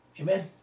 Amen